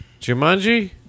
Jumanji